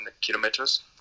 kilometers